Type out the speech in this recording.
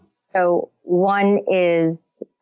so one is